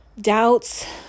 doubts